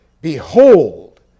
behold